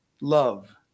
love